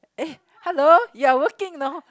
eh hello you're working you know